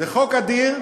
זה חוק אדיר,